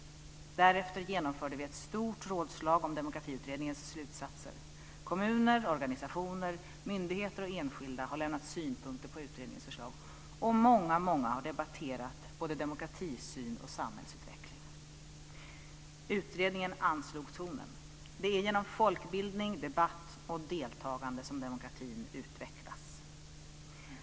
Därefter genomförde vi ett stort rådslag om Demokratiutredningens slutsatser. Kommuner, organisationer, myndigheter och enskilda har lämnat synpunkter på utredningens förslag. Och många har debatterat både demokratisyn och samhällsutveckling. Utredningen anslog tonen. Det är genom folkbildning, debatt och deltagande som demokratin utvecklas.